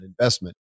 investment